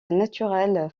naturel